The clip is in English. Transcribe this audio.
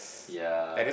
yea